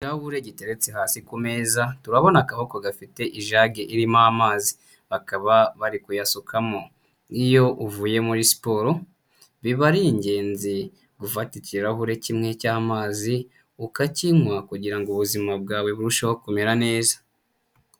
Ikirahure giteretse hasi ku meza, turabona akaboko gafite ijage irimo amazi, bakaba bari kuyasukamo, iyo uvuye muri siporo biba ari ingenzi gufata ikirahure kimwe cy'amazi, ukakinywa kugirango ubuzima bwawe burusheho kumera neza.